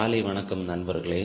காலை வணக்கம் நண்பர்களே